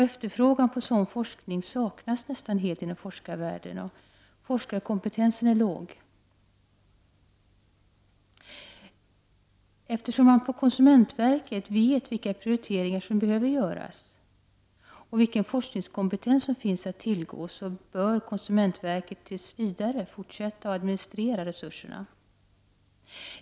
Efterfrågan på sådan forskning saknas nästan helt inom forskningsvärlden, och forskarkompetensen är låg. Eftersom man på konsumentverket vet vilka prioriteringar som behöver göras och vilken forskarkompetens som finns att tillgå, bör konsumentverket tills vidare fortsätta att administrera resurserna.